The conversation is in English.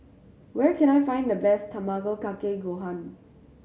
where can I find the best Tamago Kake Gohan